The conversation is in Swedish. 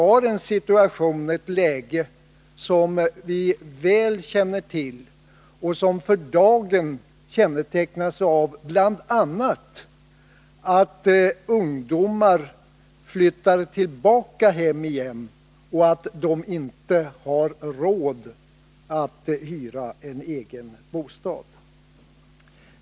Dagens situation kännetecknas som bekant bl.a. av att många ungdomar flyttar tillbaka till sina föräldrahem, därför att de inte har råd att hyra en egen bostad.